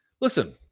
Listen